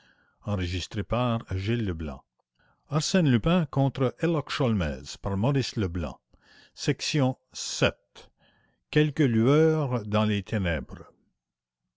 d'arsène lupin par maurice leblanc iv quelques lueurs dans les ténèbres